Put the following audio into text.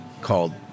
called